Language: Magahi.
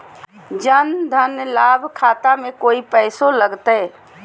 जन धन लाभ खाता में कोइ पैसों लगते?